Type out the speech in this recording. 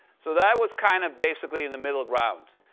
so that was kind of basically in the middle ground.